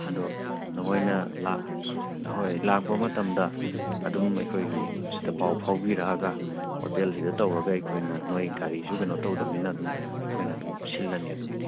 ꯑꯗꯣ ꯅꯣꯏꯅ ꯅꯍꯥꯟꯋꯥꯏ ꯂꯥꯛꯄ ꯃꯇꯝꯗ ꯑꯗꯨꯝ ꯑꯩꯈꯣꯏꯒꯤ ꯁꯤꯗ ꯄꯥꯎ ꯐꯥꯎꯕꯤꯔꯛꯂꯒ ꯍꯣꯇꯦꯜꯁꯤꯗ ꯇꯧꯔꯒ ꯑꯩꯈꯣꯏꯅ ꯅꯣꯏ ꯒꯥꯔꯤꯁꯨ ꯀꯩꯅꯣ ꯇꯧꯗꯕꯅꯤꯅ ꯑꯗꯨꯝ ꯑꯩꯈꯣꯏꯅ ꯑꯗꯨꯝ ꯁꯤꯜꯂꯅꯤ ꯑꯗꯨꯒꯤꯗꯤ